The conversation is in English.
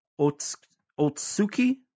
Otsuki